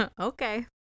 Okay